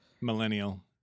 Millennial